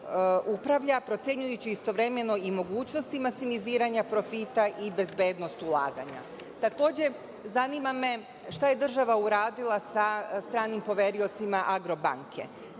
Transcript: procenjujući istovremeno i mogućnosti maksimiziranja profita i bezbednost ulaganja? Takođe, zanima me šta je država uradila sa stranim poveriocima Agrobanke?